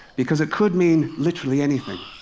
because it could mean literally anything.